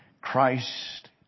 Christ